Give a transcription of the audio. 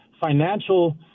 Financial